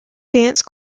dance